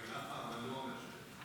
בכנף המנוע מעשן.